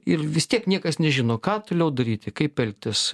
ir vis tiek niekas nežino ką toliau daryti kaip elgtis